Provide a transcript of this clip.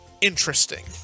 interesting